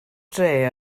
dre